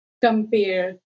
compare